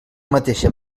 mateixa